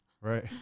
right